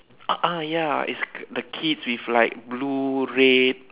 ah ah ya is the kids with like blue red